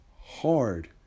hard